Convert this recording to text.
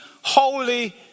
holy